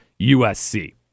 USC